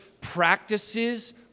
practices